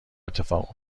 اتفاق